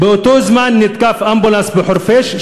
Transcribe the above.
באותו זמן הותקף אמבולנס בחורפיש,